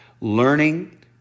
learning